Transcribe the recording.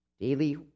Daily